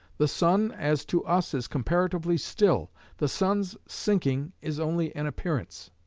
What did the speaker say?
the sun, as to us, is comparatively still the sun's sinking is only an appearance